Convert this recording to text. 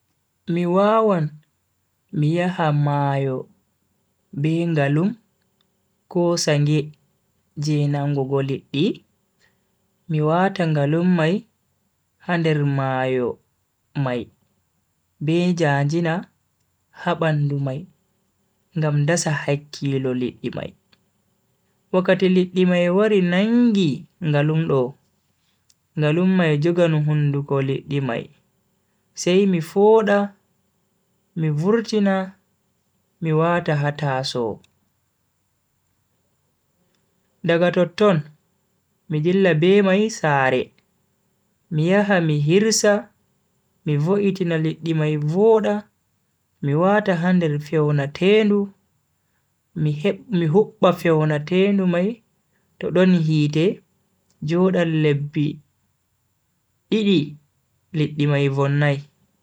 Mi wawan mi yaha mayo be ngalum ko sange je nangugo liddi, mi wata ngalum mai ha nder mayo mai be njanjina ha bandu mai ngam dasa hakkilo liddi mai, wakkati liddi mai wari nangi ngalum do, ngalum mai jogan hunduko liddi mai, sai mi fooda mi vurtina mi wata ha tasow. daga totton mi dilla be mai sare mi yaha mi hirsa mi voitina liddi mai voda, mi wata ha nder fewnatendu, mi hubba fewnatendu mai to don hite jodan lebbi didi liddi mai vonnai.